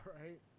right